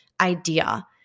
idea